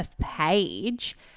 page